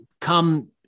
come